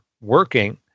working